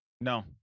No